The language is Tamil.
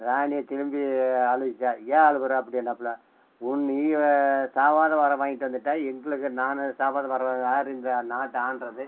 ராணி திரும்பி அழுதுச்சாம் ஏன் அழுகுற அப்படினாப்புல உன் நீ சாகாத வரம் வாங்கிட்டு வந்துட்டே எங்களுக்கு நான் சாகாத வரம் யார் இந்த நாட்டை ஆள்றது